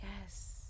yes